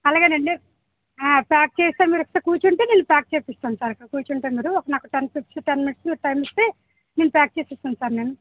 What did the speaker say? అలాగే అండి ఆ ప్యాక్ చేసేసా మీరు ఒకసారి కూర్చుంటే నేను ప్యాక్ చేయిస్తాను సార్ ఇక్కడ కూర్చుంటే మీరు ఒక నాకు టెన్ ఫి టెన్ మినిట్స్ టైమ్ ఇస్తే నేను ప్యాక్ చేసి ఇస్తాను సార్ నేను